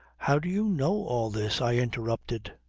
how do you know all this? i interrupted.